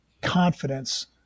confidence